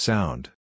Sound